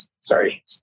sorry